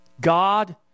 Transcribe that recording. God